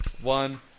one